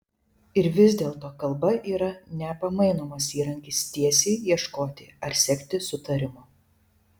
ir vis dėlto kalba yra nepamainomas įrankis tiesai ieškoti ar siekti sutarimo